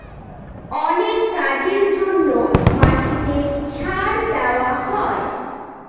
অনেক কাজের জন্য মাটিতে সার দেওয়া হয়